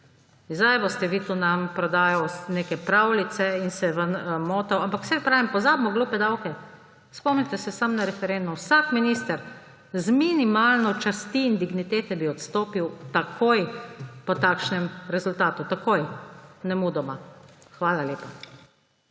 zdaj boste vi tu nam prodajali neke pravljice in se ven motali, ampak, saj pravim, pozabimo glupe davke. Spomnite se samo na referendum. Vsak minister z minimalno časti in dignitete bi takoj po takšnem rezultatu odstopil. Takoj, nemudoma. Hvala lepa.